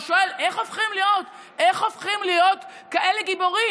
שואל: איך הופכים להיות כאלה גיבורים?